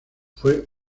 fue